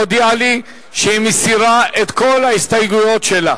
הודיעה לי שהיא מסירה את כל ההסתייגויות שלה.